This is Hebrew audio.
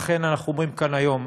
לכן, אנחנו אומרים כאן היום,